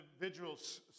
individuals